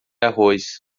arroz